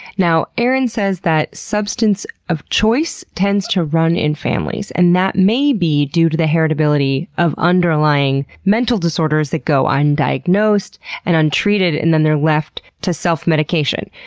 erin says that substance of choice tends to run in families, and that may be due to the heritability of underlying mental disorders that go undiagnosed and untreated and then they are left to self-medication.